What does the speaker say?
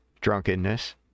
drunkenness